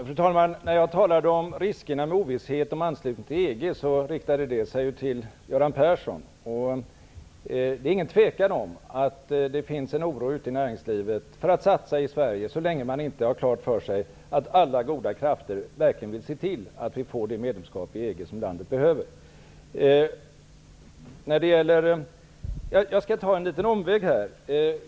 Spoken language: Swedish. Fru talman! När jag talade om riskerna med en ovisshet beträffande anslutningen till EG, riktade jag mig till Göran Persson. Det råder inget tvivel om att det ute i näringslivet finns en oro för att satsa i Sverige så länge man inte har klart för sig att alla goda krafter verkligen vill se till att vi får det medlemskap i EG som landet behöver. Jag skall ta en liten omväg här.